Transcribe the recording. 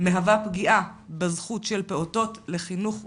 מהווה פגיעה בזכות של פעוטות לחינוך ולבריאות.